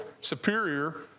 superior